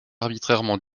arbitrairement